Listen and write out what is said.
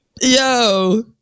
Yo